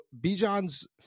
Bijan's